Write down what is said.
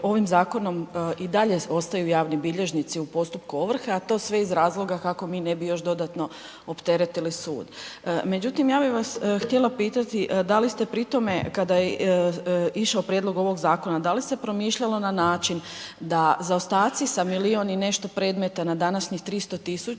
ovim zakonom i dalje ostaju javni bilježnici u postupku ovrhe, a to sve iz razloga kako mi ne bi još dodatno opteretili sud. Međutim, ja bih vas htjela pitati da li ste pritome, kada je išao prijedlog ovog zakona da li se promišljalo na način da zaostaci sa milion i nešto predmeta na današnjih 300.000